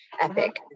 Epic